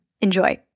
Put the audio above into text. Enjoy